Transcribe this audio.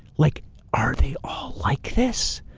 like are they all like this?